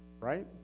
right